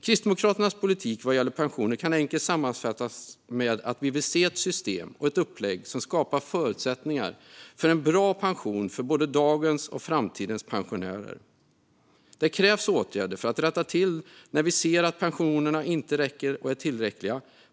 Kristdemokraternas politik vad gäller pensioner kan enkelt sammanfattas med att vi vill se ett system och ett upplägg som skapar förutsättningar för en bra pension för både dagens och framtidens pensionärer. Det krävs åtgärder för att rätta till systemet när vi ser att pensionerna inte är tillräckliga.